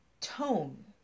tone